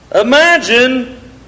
Imagine